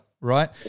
right